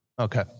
Okay